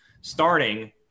starting